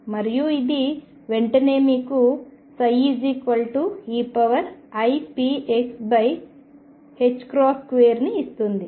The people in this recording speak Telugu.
మరియు ఇది వెంటనే మీకు ψeipxని ఇస్తుంది